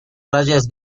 rayas